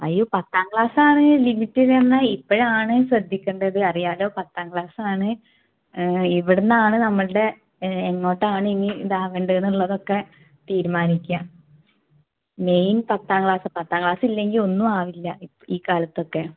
അയ്യോ പത്താം ക്ലാസ്സാണ് ലിമിറ്റ് ചെന്നാൽ ഇപ്പഴാണ് ശ്രദ്ധിക്കണ്ടത് അറിയാലോ പത്താം ക്ലാസാണ് ഇവിടുന്നാണ് നമ്മളുടെ എങ്ങോട്ടാണിനി ഇതാവണ്ടേന്നൊള്ളതൊക്കെ തീരുമാനിക്കുക മെയിൻ പത്താം ക്ലാസ്സാണ് പത്താം ക്ലാസ്സില്ലെങ്കിൽ ഒന്നും ആവില്ല ഈ കാലത്തൊക്കെ